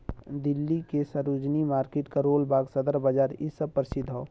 दिल्ली के सरोजिनी मार्किट करोल बाग सदर बाजार इ सब परसिध हौ